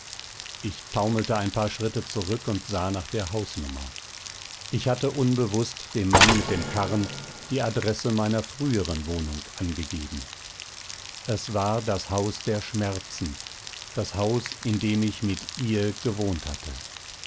ich taumelte ein paar schritte zurück und sah nach der hausnummer ich hatte unbewußt dem mann mit dem karren die adresse meiner früheren wohnung angegeben es war das haus der schmerzen das haus in dem ich mit ihr gewohnt hatte